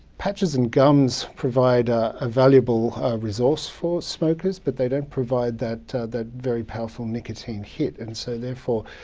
patches and gums provide a valuable resource for smokers, but they didn't provide that that very powerful nicotine hit. and so, therefore,